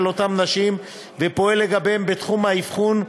אותן נשים ופועל לגביהם בתחום האבחון,